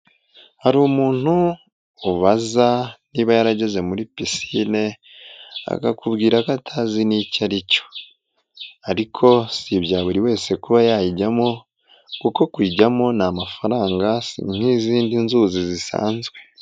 Hari umuntu ubaza niba yarageze muri pisine akakubwira ko atazi n'icyo aricyo. Ariko si ibya buri wese kuba yayijyamo, kuko kuyijyamo ni amafaranga, si nk'izindi nzuzi zisanzwe.